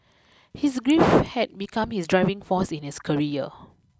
his grief had become his driving force in his career